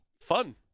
fun